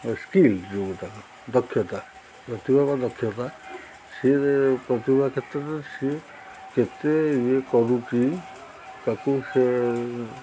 skill ଯେଉଁଟା ଦକ୍ଷତା ପ୍ରତିଭା ବା ଦକ୍ଷତା ସିଏ ପ୍ରତିଭା କ୍ଷେତ୍ରରେ ସିଏ କେତେ ଇଏ କରୁଛି ତାକୁ ସେ